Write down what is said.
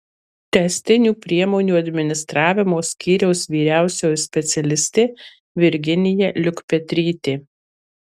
tęstinių priemonių administravimo skyriaus vyriausioji specialistė virginija liukpetrytė